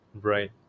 Right